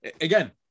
again